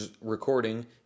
recording